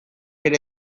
ere